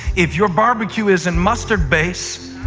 if your barbecue isn't mustard-base,